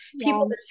people